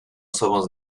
somos